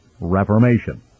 Reformation